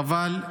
חבל,